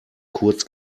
kurz